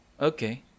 Okay